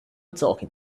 talking